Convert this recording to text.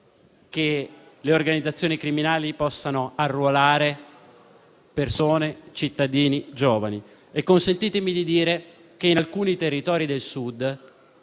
che le organizzazioni criminali possano arruolare persone, cittadini e giovani. Consentitemi di dire che in alcuni territori del Sud,